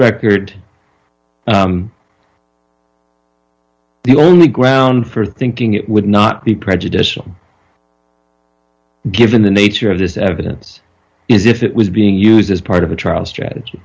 record the only ground for thinking it would not be prejudicial given the nature of this evidence is if it was being used as part of a trial strategy